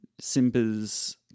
Simba's